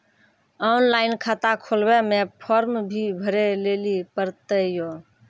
Online खाता खोलवे मे फोर्म भी भरे लेली पड़त यो?